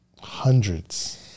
Hundreds